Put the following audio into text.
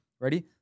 ready